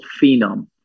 phenom